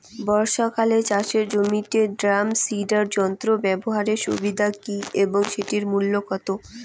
বর্ষাকালে চাষের জমিতে ড্রাম সিডার যন্ত্র ব্যবহারের সুবিধা কী এবং সেটির মূল্য কত?